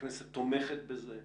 הכנסת תומכת בזה.